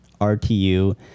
RTU